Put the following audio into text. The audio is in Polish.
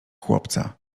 chłopca